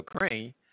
Ukraine